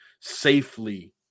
safely